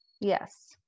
Yes